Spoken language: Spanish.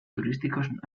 turísticos